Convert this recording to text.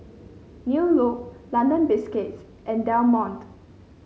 New Look London Biscuits and Del Monte